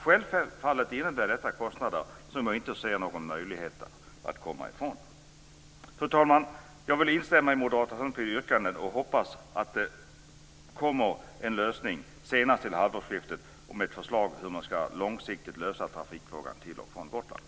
Självfallet innebär det kostnader som jag inte ser någon möjlighet att komma ifrån. Fru talman! Jag vill instämma i Moderata samlingspartiets yrkanden, och jag hoppas att det kommer ett förslag till lösning senast till halvårsskiftet om hur man långsiktigt ska lösa frågan om trafiken till och från Gotland.